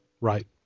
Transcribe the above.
Right